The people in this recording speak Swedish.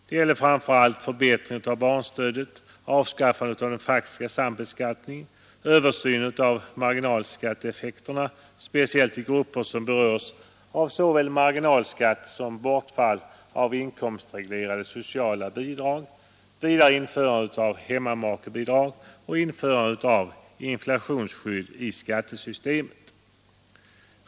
Det gällde framför allt förbättring marginalskatteeffekterna speciellt i grupper som berörs av skatt som bortfall av inkomstreglerade sociala bidrag, införandet av hemmamakebidrag och införandet av inflationsskydd i skattesystemet.